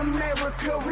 America